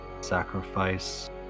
sacrifice